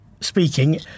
speaking